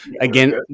Again